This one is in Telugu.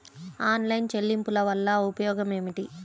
ఆన్లైన్ చెల్లింపుల వల్ల ఉపయోగమేమిటీ?